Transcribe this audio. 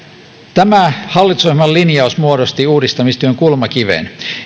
tämä hallitusohjelman linjaus muodosti uudistamistyön kulmakiven